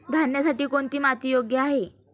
धान्यासाठी कोणती माती योग्य आहे?